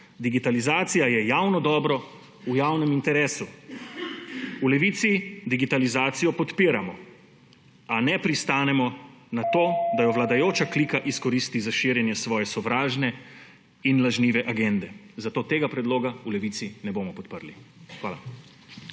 digitalizacija je javno dobro v javnem interesu. V Levici digitalizacijo podpiramo, a ne pristanemo na to, da jo vladajoča klika izkoristi za širjenje svoje sovražne in lažnive agende, zato tega predloga v Levici ne bomo podprli. Hvala.